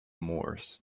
moors